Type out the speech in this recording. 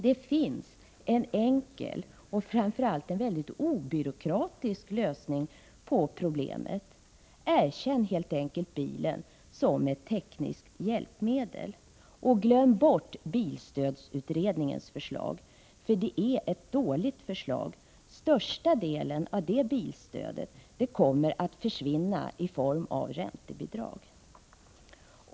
Det finns en enkel och framför allt mycket obyråkratisk lösning på problemet: Erkänn helt enkelt bilen som ett tekniskt hjälpmedel! Glöm bort bilstödsutredningens förslag, som är ett mycket dåligt förslag. Största delen av detta bilstöd kommer att försvinna i form av räntebidrag.